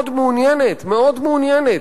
מאוד מעוניינת,